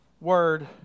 word